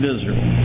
Israel